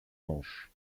manches